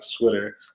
Twitter